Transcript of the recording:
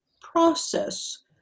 process